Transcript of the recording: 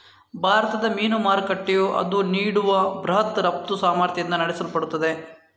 ಭಾರತದ ಮೀನು ಮಾರುಕಟ್ಟೆಯು ಅದು ನೀಡುವ ಬೃಹತ್ ರಫ್ತು ಸಾಮರ್ಥ್ಯದಿಂದ ನಡೆಸಲ್ಪಡುತ್ತದೆ